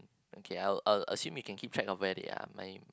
okay I'll I'll assume you can keep track of where they are my